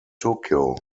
tokyo